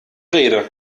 rede